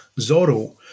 Zorro